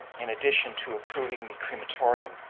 in addition to approving the crematorium,